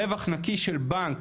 רווח נקי של בנק,